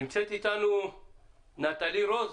נמצאת איתנו נטלי רוז.